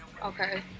Okay